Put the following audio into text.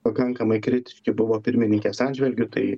pakankamai kritiški buvo pirmininkės atžvilgiu tai